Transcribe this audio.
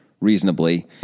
Reasonably